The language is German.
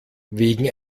wegen